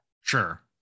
Sure